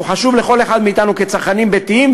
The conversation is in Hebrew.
שהוא חשוב לכל אחד מאתנו כצרכנים ביתיים,